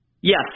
Yes